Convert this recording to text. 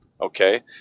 Okay